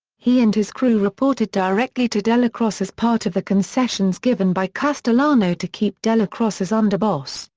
he and his crew reported directly to dellacroce as part of the concessions given by castellano to keep dellacroce as underboss,